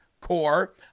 core